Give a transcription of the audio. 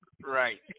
Right